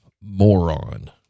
moron